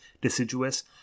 deciduous